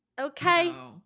Okay